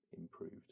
improved